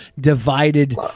divided